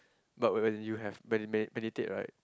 but when when you have meditate meditate right